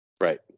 Right